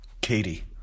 Katie